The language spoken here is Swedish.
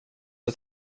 att